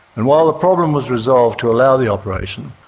and while the problem was resolved to allow the operation,